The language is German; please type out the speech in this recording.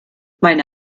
meine